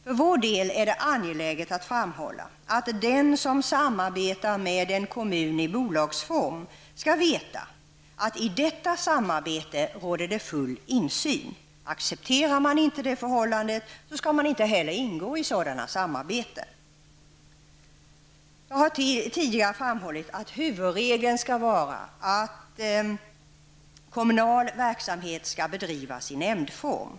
För vår del är det angeläget att framhålla att den som samarbetar med en kommun i bolagsform skall veta att det i detta samarbete råder full insyn. Accepterar man inte det förhållandet, skall man inte heller ingå i sådana samarbeten. Jag har tidigare framhållit att huvudregeln skall vara att kommunal verksamhet skall bedrivas i nämndform.